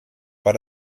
but